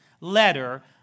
letter